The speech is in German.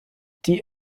die